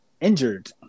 injured